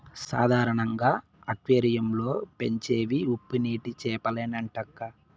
సాధారణంగా అక్వేరియం లో పెంచేవి ఉప్పునీటి చేపలేనంటక్కా